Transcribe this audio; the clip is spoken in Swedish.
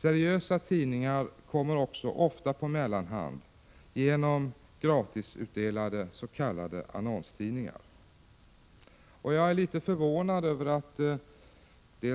Seriösa tidningar kommer också ofta på mellanhand genom gratisutdelade 81 s.k. annonstidningar. Jag är litet förvånad över att